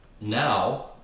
now